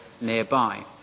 nearby